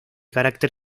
carácter